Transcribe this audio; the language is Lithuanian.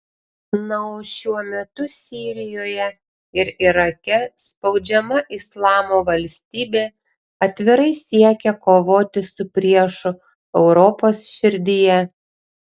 na o šiuo metu sirijoje ir irake spaudžiama islamo valstybė atvirai siekia kovoti su priešu europos širdyje